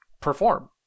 perform